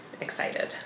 excited